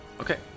Okay